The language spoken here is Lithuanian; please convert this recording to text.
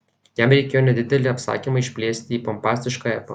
jam reikėjo nedidelį apsakymą išplėsti į pompastišką epą